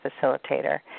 facilitator